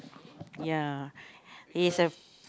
ya he's a